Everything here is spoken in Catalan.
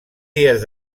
dies